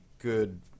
good